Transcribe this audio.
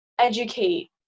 educate